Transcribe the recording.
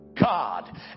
God